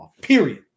period